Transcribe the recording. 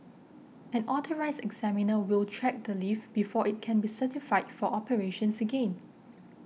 an Authorised Examiner will check the lift before it can be certified for operations again